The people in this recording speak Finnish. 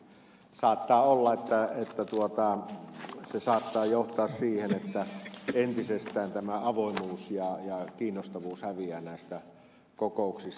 saattaa olla että se johtaa siihen että entisestään avoimuus ja kiinnostavuus häviävät näistä kokouksista